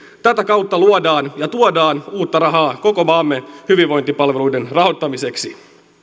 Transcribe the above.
tätä kautta luodaan ja tuodaan uutta rahaa koko maamme hyvinvointipalveluiden rahoittamiseksi